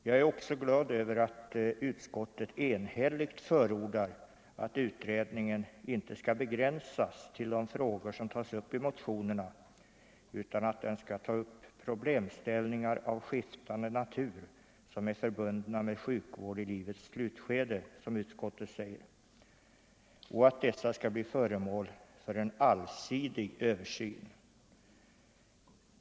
Jag är också glad över att utskottet enhälligt förordar att utredningen inte skall begränsas till de frågor som tas upp i motionerna utan att den skall ta upp ”problemställningar av skiftande natur som är förbundna med sjukvård i livets slutskede” och att dessa skall ”bli föremål för en allsidig översyn”.